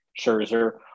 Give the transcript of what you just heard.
scherzer